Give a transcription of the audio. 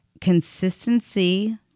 consistency